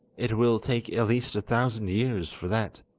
it will take at least a thousand years for that.